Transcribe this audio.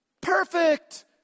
Perfect